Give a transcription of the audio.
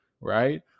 right